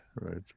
Right